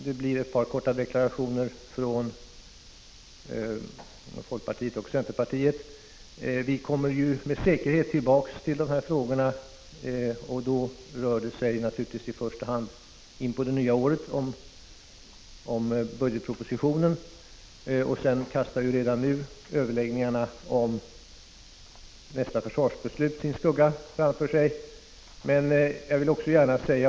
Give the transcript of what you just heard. Det blir ett par korta deklarationer även från folkpartiet och centerpartiet. Vi kommer med säkerhet tillbaka till dessa frågor nästa år, och då rör det sig naturligtvis i första hand om budgetpropositionen. Överläggningarna om nästa försvarsbeslut kastar för övrigt redan nu sin skugga över oss.